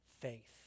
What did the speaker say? faith